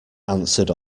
answered